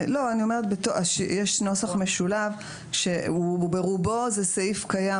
יש נוסח משולב שברובו זה סעיף קיים,